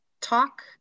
talk